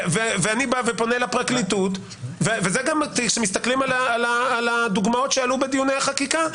ואני בא ופונה לפרקליטות וכשמסתכלים על הדוגמאות שעלו בדיוני החקיקה,